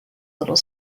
little